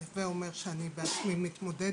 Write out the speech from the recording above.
הווה אומר שאני בעצמי מתמודדת.